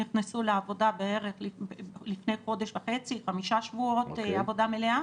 נכנסו לעבודה לפני חודש וחצי חמישה שבועות לעבודה מלאה,